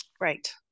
right